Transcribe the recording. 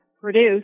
produced